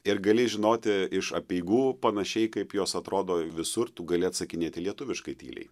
ir gali žinoti iš apeigų panašiai kaip jos atrodo visur tu gali atsakinėti lietuviškai tyliai